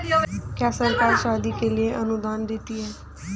क्या सरकार शादी के लिए अनुदान देती है?